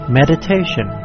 meditation